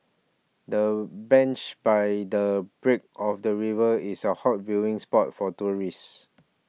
the bench by the brink of the river is a hot viewing spot for tourists